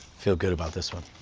feel good about this one,